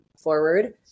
forward